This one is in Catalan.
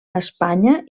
espanya